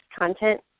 content